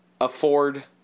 afford